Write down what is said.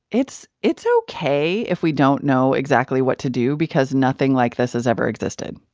it's it's ok if we don't know exactly what to do because nothing like this has ever existed.